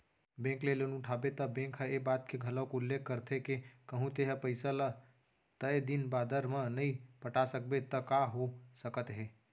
bank ले loan उठाबे त बेंक ह ए बात के घलोक उल्लेख करथे के कहूँ तेंहा पइसा ल तय दिन बादर म नइ पटा सकबे त का हो सकत हे